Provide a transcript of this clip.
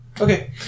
Okay